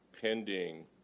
pending